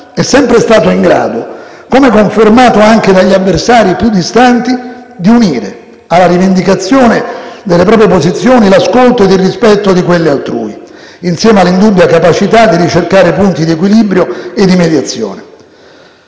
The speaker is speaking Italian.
è sempre stato in grado (come confermato anche dagli avversari più distanti), di unire alla rivendicazione delle proprie posizioni l'ascolto ed il rispetto di quelle altrui, insieme all'indubbia capacità di ricercare punti di equilibrio e di mediazione.